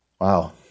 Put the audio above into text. Wow